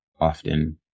often